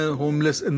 homeless